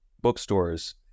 bookstores